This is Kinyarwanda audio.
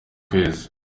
kwezi